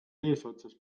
eesotsas